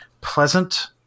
pleasant